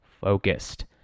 focused